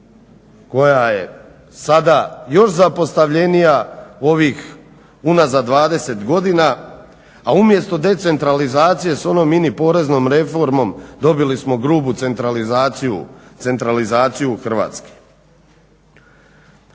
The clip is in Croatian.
koja je sada još zapostavljenija u ovih unazad 20 godina, a umjesto decentralizacije s onom mini poreznom reformom dobili smo grubu centralizaciju,